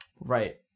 Right